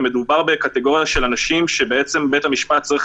ומדובר בקטגוריה של אנשים שבית המשפט צריך